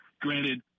Granted